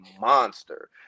monster